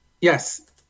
Yes